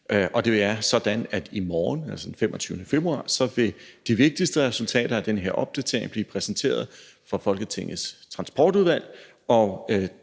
og det er sådan, at i morgen, altså den 25. februar, vil de vigtigste resultater af den her opdatering blive præsenteret for Folketingets Transportudvalg,